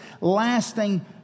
lasting